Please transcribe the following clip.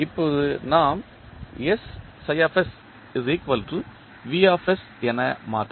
இப்போது நாம் என மாற்றலாம்